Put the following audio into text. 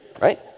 right